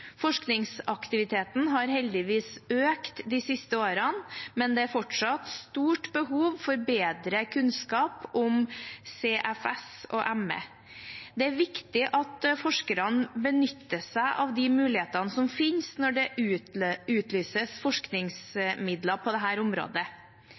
Forskningsaktiviteten har heldigvis økt de siste årene, men det er fortsatt stort behov for bedre kunnskap om CFS og ME. Det er viktig at forskerne benytter seg av de mulighetene som finnes når det utlyses